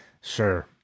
Sure